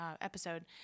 episode